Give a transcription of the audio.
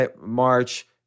March